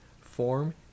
form